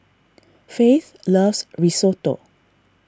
Faith loves Risotto